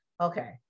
Okay